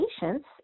patients